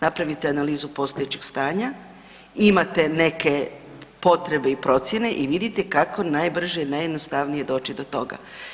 Napravite analizu postojećeg stanja, imate neke potrebe i procjene i vidite kako najbrže i najjednostavnije doći do toga.